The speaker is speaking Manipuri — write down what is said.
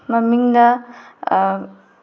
ꯃꯃꯤꯡꯅ